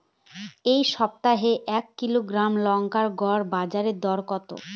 এই সপ্তাহে এক কিলোগ্রাম লঙ্কার গড় বাজার দর কত?